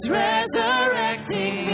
resurrecting